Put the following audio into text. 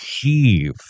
heave